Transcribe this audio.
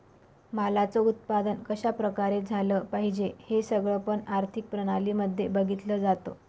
मालाच उत्पादन कशा प्रकारे झालं पाहिजे हे सगळं पण आर्थिक प्रणाली मध्ये बघितलं जातं